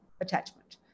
attachment